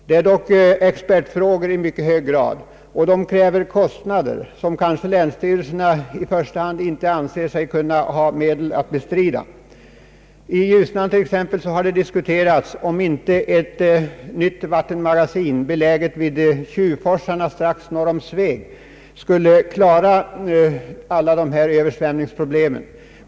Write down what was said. Det rör sig dock i mycket hög grad om expertfrågor som kräver kostnader vilka länsstyrelserna inte anser sig ha medel att bestrida. Beträffande Ljusnan har det t.ex. diskuterats om inte ett nytt vattenmagasin, beläget vid Tjuvforsarna strax norr om Sveg, skulle klara alla dessa översvämningsproblem.